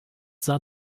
sah